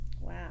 Wow